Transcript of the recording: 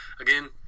again